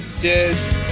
Cheers